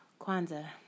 Kwanzaa